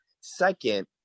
Second